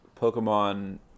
Pokemon